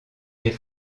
est